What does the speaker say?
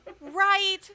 Right